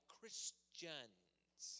Christians